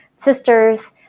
sisters